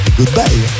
goodbye